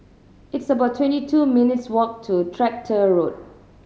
it's about twenty two minutes' walk to Tractor Road